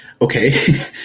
okay